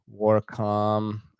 Warcom